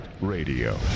Radio